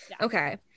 Okay